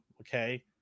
okay